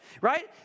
right